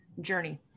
journey